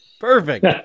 Perfect